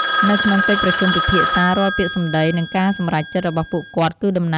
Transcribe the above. នៅក្នុងកិច្ចប្រជុំពិភាក្សា រាល់ពាក្យសម្ដី និងការសម្រេចចិត្តរបស់ពួកគាត់ គឺតំណាងឱ្យឆន្ទៈរួមរបស់គ្រួសារទាំងមូល។